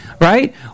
right